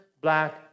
black